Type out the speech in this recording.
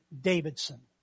Davidson